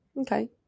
okay